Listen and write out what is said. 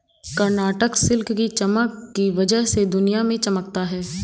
Karnataka silk की चमक की वजह से दुनिया में चमकता है